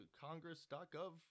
congress.gov